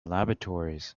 laboratories